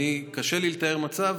קשה לי לתאר מצב,